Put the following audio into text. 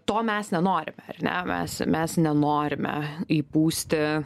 to mes nenorime ar ne mes mes nenorime įpūsti